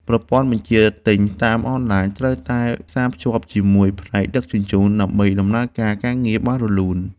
ប្រព័ន្ធបញ្ជាទិញតាមអនឡាញត្រូវតែផ្សារភ្ជាប់ជាមួយផ្នែកដឹកជញ្ជូន ដើម្បីដំណើរការការងារបានរលូន។